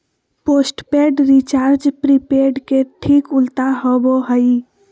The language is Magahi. पोस्टपेड रिचार्ज प्रीपेड के ठीक उल्टा होबो हइ